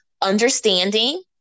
understanding